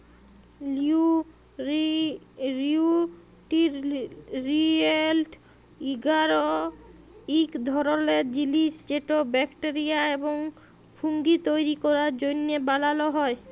লিউটিরিয়েল্ট এগার ইক ধরলের জিলিস যেট ব্যাকটেরিয়া এবং ফুঙ্গি তৈরি ক্যরার জ্যনহে বালাল হ্যয়